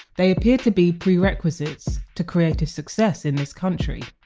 they appear to be prerequisites to creative success in this country